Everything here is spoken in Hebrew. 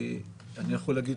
אני יכול להגיד